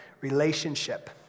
relationship